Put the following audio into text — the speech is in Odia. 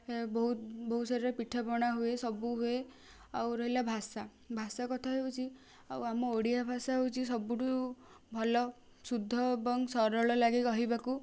ବହୁତ ବହୁତ ସାରା ପିଠାପଣା ହୁଏ ସବୁ ହୁଏ ଆଉ ରହିଲା ଭାଷା ଭାଷା କଥା ହେଉଛି ଆଉ ଆମ ଓଡ଼ିଆ ଭାଷା ହେଉଛି ସବୁଠୁ ଭଲ ଶୁଦ୍ଧ ଏବଂ ସରଳ ଲାଗେ କହିବାକୁ